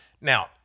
Now